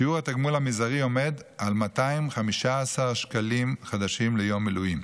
שיעור התגמול המזערי עומד על 215 שקלים חדשים ליום מילואים.